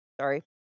sorry